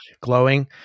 glowing